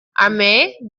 armee